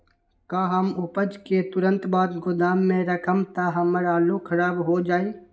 का हम उपज के तुरंत बाद गोदाम में रखम त हमार आलू खराब हो जाइ?